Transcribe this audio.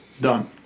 Done